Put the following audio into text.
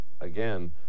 Again